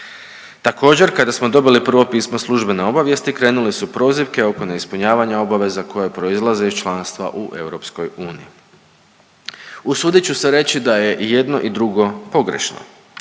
Također kada smo dobili prvo pismo službene obavijesti krenule su prozivke oko neispunjavanja obaveza koje proizlaze iz članstva u EU. Usudit ću se reći da je i jedno i drugo pogrešno.